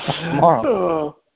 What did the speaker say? tomorrow